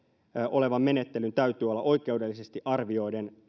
olevan menettelyn täytyy olla oikeudellisesti arvioiden